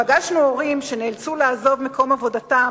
פגשנו הורים שנאלצו לעזוב את מקום עבודתם